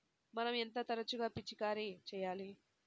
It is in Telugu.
మనం ఎంత తరచుగా పిచికారీ చేయాలి?